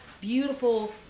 beautiful